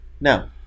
Now